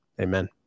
Amen